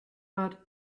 but